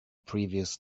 previous